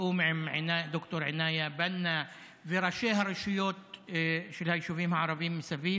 ובתיאום עם ד"ר ענאיה בנא וראשי הרשויות של היישובים הערביים מסביב,